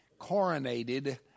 coronated